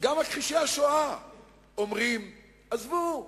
גם מכחישי השואה אומרים: עזבו,